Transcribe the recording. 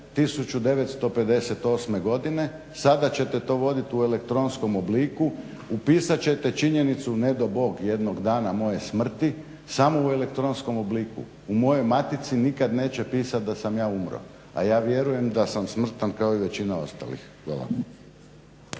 1958. godine sada ćete to voditi u elektronskom obliku, upisat ćete činjenicu ne dao Bog jednog dana moje smrti samo u elektronskom obliku, u mojoj matici nikad neće pisti da sam ja umro, a ja vjerujem da sam smrtan kao i većina ostalih.